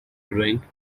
drink